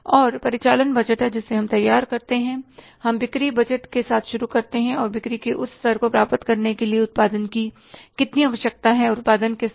और परिचालन बजट है जिसे हम तैयार करते हैं हम बिक्री बजट के साथ शुरू करते हैं और बिक्री के उस स्तर को प्राप्त करने के लिए उत्पादन की कितनी आवश्यकता है और उत्पादन के स्तर को कैसे प्राप्त करें